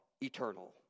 eternal